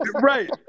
Right